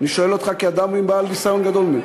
אני שואל אותך כאדם בעל ניסיון גדול.